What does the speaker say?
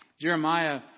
Jeremiah